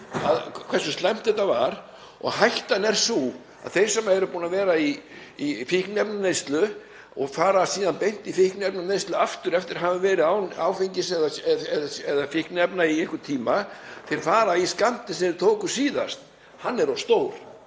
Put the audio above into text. hversu slæmt þetta var. Hættan er sú að þeir sem eru búnir að vera í fíkniefnaneyslu og fara síðan beint í fíkniefnaneyslu aftur eftir að hafa verið án áfengis eða fíkniefna í einhvern tíma fari í skammtinn sem þeir tóku síðast. Hann er of stór.